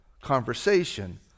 conversation